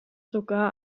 sogar